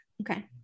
Okay